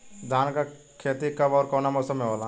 धान क खेती कब ओर कवना मौसम में होला?